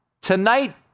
Tonight